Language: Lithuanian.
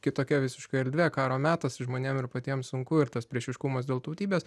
kitokia visiškai erdvė karo metas žmonėm ir patiem sunku ir tas priešiškumas dėl tautybės